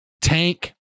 Tank